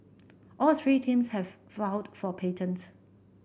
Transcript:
all three teams have for patents